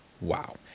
wow